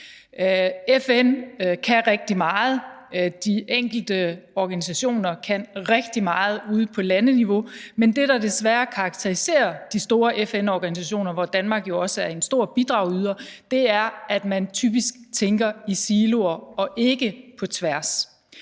FN kan rigtig meget, og de enkelte organisationer kan rigtig meget ude på landeniveau, men det, der desværre karakteriserer de store FN-organisationer, hvor Danmark også er en stor bidragyder, er, at man typisk tænker i siloer, og ikke på tværs.